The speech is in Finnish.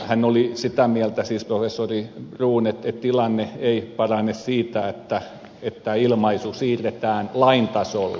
hän oli sitä mieltä siis professori bruun että tilanne ei parane siitä että tämä ilmaisu siirretään lain tasolle